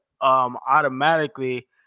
automatically